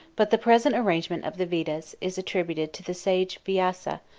but the present arrangement of the vedas is attributed to the sage vyasa,